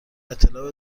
اطلاع